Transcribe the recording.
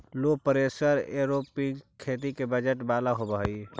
लो pressure aeroponic खेती कम budget वाला होव हई